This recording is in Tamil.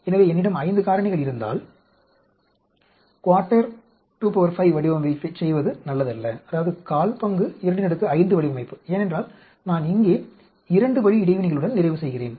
எனவே என்னிடம் 5 காரணிகள் இருந்தால் 14 25 வடிவமைப்பைச் செய்வது நல்லதல்ல ஏனென்றால் நான் இங்கே இரண்டு வழி இடைவினைகளுடன் நிறைவு செய்கிறேன்